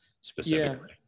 specifically